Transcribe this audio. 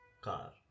car